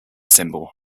symbol